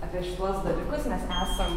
apie šituos dalykus mes esam